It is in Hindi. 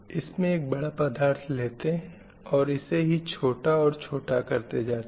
इसमें एक बड़ा पदार्थ लेते हैं और इसे ही छोटा और छोटा करते जाते हैं